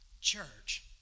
church